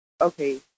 okay